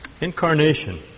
incarnation